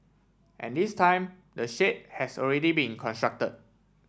and this time the shade has already been constructed